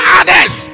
others